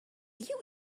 you